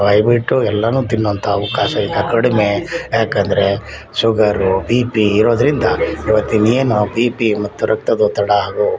ಬಾಯಿ ಬಿಟ್ಟು ಎಲ್ಲವೂ ತಿನ್ನುವಂಥ ಅವಕಾಶ ಈಗ ಕಡಿಮೆ ಯಾಕೆಂದರೆ ಶುಗರು ಬಿ ಪಿ ಇರೋದರಿಂದ ಈವತ್ತು ಇನ್ನೇನು ಬಿ ಪಿ ರಕ್ತದೊತ್ತಡ